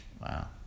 Wow